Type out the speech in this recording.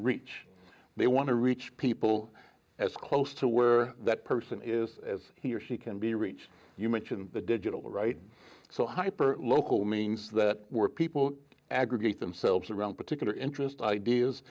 reach they want to reach people as close to where that person is as he or she can be reached you mention the digital right so hyper local means that people aggregate themselves around particular interest ideas